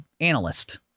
analyst